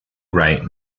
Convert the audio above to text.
write